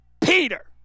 Peter